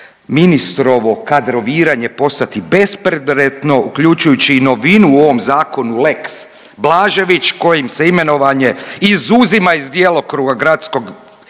ministrovo kadroviranje postati bespredmetno uključujući i novinu u ovom zakonu lex Blažević kojim se imenovanje izuzima iz djelokruga gradskog